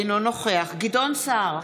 אינו נוכח גדעון סער,